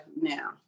now